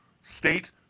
State